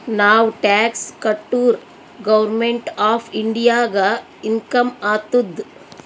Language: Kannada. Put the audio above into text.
ನಾವ್ ಟ್ಯಾಕ್ಸ್ ಕಟುರ್ ಗೌರ್ಮೆಂಟ್ ಆಫ್ ಇಂಡಿಯಾಗ ಇನ್ಕಮ್ ಆತ್ತುದ್